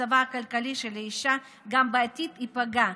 מצבה הכלכלי של האישה גם בעתיד ייפגע.